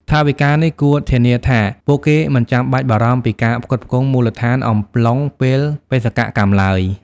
ថវិកានេះគួរធានាថាពួកគេមិនចាំបាច់បារម្ភពីការផ្គត់ផ្គង់មូលដ្ឋានអំឡុងពេលបេសកកម្មឡើយ។